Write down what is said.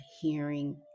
hearing